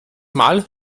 mal